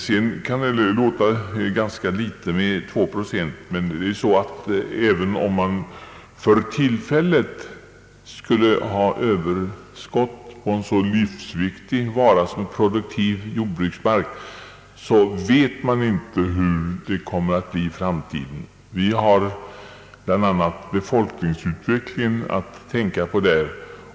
Det kan låta ganska litet med 2 procent som här nämnts, men även om det för tillfället skulle vara överskott på en så livsviktig vara som produktiv jordbruksmark, vet man inte hur det kommer att bli i framtiden. Vi har bl.a. Ang. utnyttjande av åkerjord befolkningsutvecklingen att tänka på.